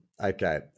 Okay